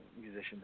musicians